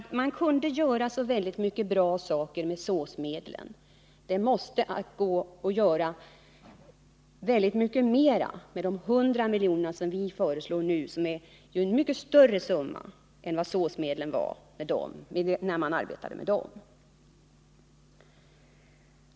Man kunde göra så många förbättringar med SÅS medlen. Det måste då gå att göra mycket mera med de 100 miljonerna vi nu föreslår, som ju är en mycket större summa än SÅS-medlen var när man arbetade med dem.